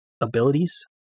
abilities